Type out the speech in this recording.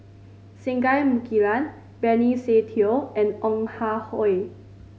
Singai Mukilan Benny Se Teo and Ong Ah Hoi